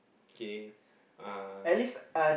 okay uh